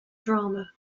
drama